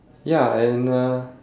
ya and uh